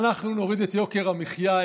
אנחנו נווריד את יוקר המחיה,